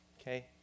Okay